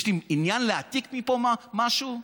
יש לי עניין להעתיק מפה משהו?